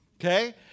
Okay